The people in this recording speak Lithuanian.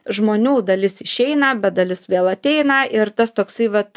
žmonių dalis išeina bet dalis vėl ateina ir tas toksai vat